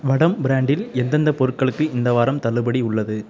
வடம் பிராண்டில் எந்தெந்த பொருட்களுக்கு இந்த வாரம் தள்ளுபடி உள்ளது